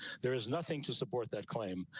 there is nothing to support that claim.